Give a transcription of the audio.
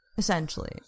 Essentially